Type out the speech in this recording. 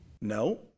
No